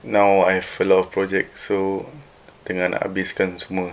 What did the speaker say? now I have a lot of projects so tengah nak habiskan semua